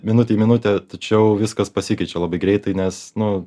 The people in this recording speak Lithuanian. minutė į minutę tačiau viskas pasikeičia labai greitai nes nu